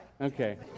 Okay